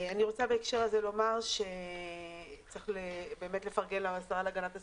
אני רוצה בהקשר הזה לומר שצריך לפרגן לשרה להגנת הסביבה,